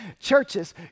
churches